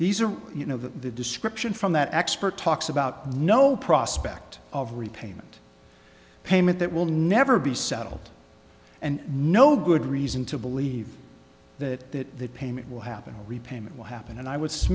these are you know the description from that expert talks about no prospect of repayment payment that will never be settled and no good reason to believe that the payment will happen repayment will happen and i w